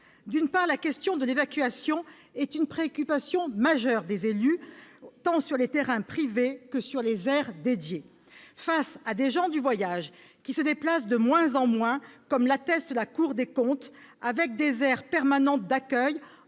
D'une part, la question de l'évacuation est une préoccupation majeure des élus, tant sur les terrains privés que sur les aires dédiées. Face à des gens du voyage qui se déplacent de moins en moins, comme l'atteste la Cour des comptes, avec des aires permanentes d'accueil